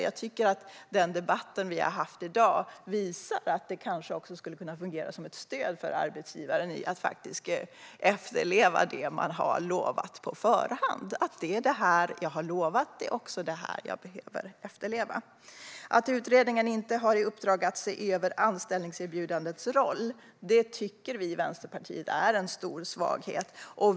Jag tycker att debatten vi har haft i dag visar att det kanske också skulle kunna fungera som ett stöd för arbetsgivare att efterleva det de har lovat på förhand - det är det här jag har lovat; det är också det här jag behöver efterleva. Att utredningen inte har i uppdrag att se över anställningserbjudandets roll tycker vi i Vänsterpartiet är en stor svaghet.